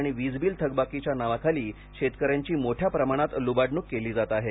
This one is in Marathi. आणि वीजबील थकबाकीच्या नावाखाली शेतकऱ्यांची मोठ्या प्रामाणात लुबाडणूक केली जात आहे